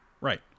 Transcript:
Right